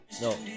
No